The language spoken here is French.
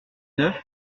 neuf